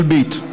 אלביט,